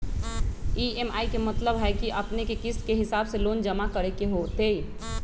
EMI के मतलब है कि अपने के किस्त के हिसाब से लोन जमा करे के होतेई?